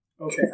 Okay